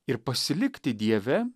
ir pasilikti dieve